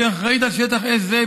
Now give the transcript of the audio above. אשר אחראית על שטח אש זה,